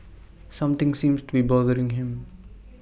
something seems to be bothering him